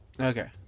Okay